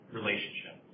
relationship